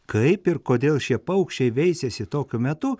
kaip ir kodėl šie paukščiai veisiasi tokiu metu